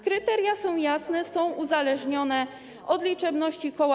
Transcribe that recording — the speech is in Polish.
Kryteria są jasne, są uzależnione od liczebności koła.